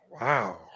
Wow